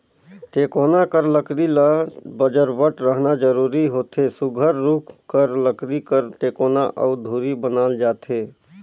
टेकोना कर लकरी ल बजरबट रहना जरूरी होथे सुग्घर रूख कर लकरी कर टेकोना अउ धूरी बनाल जाथे